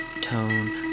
tone